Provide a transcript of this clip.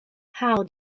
how